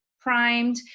primed